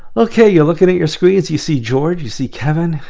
okay you're looking at your screens. you see george. you see kevin.